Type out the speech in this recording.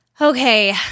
Okay